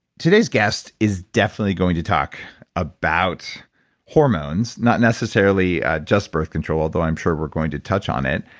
today's guest is definitely going to talk about hormones, not necessarily just birth control, although i'm sure we're going to touch on it,